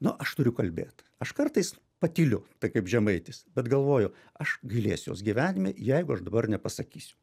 nu aš turiu kalbėt aš kartais patyliu tai kaip žemaitis bet galvoju aš gailėsiuos gyvenime jeigu aš dabar nepasakysiu